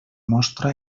mostra